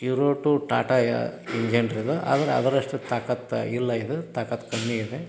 euro two Tata engine ರೀ ಅದು ಆದ್ರೆ ಅದರಷ್ಟು ತಾಕತ್ತಾಗಿ ಇಲ್ಲ ಇದು ತಾಕತ್ತು ಕಮ್ಮಿ ಇದೆ